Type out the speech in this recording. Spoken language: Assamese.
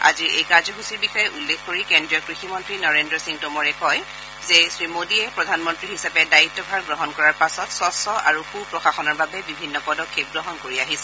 আজিৰ এই কাৰ্যসূচীৰ বিষয়ে উল্লেখ কৰি কেন্দ্ৰীয় কৃষিমন্ত্ৰী নৰেন্দ্ৰ সিং টোমৰে কয় যে শ্ৰী মোডীয়ে প্ৰধানমন্ত্ৰী হিচাপে দায়িত্ভাৰ গ্ৰহণ কৰাৰ পাছত স্বছ্ আৰু সু প্ৰশাসনৰ বাবে বিভিন্ন পদক্ষেপ গ্ৰহণ কৰি আহিছে